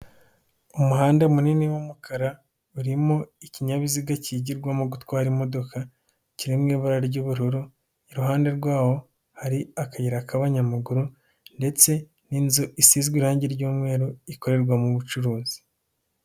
Umuhanda munini w'umukara, urimo ikinyabiziga kigirwamo gutwara imodoka, kiri mu ibara ry'ubururu, iruhande rwawo hari akayira k'abanyamaguru ndetse n'inzu sizwe irangi ry'umweru, ikorerwamo ubucuruzi.